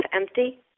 empty